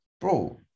bro